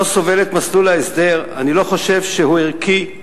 לא סובל את מסלול ההסדר, אני לא חושב שהוא ערכי,